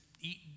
eat